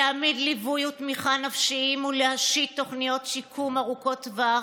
להעמיד ליווי ותמיכה נפשיים ולהשית תוכניות שיקום ארוכות טווח,